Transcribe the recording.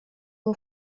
был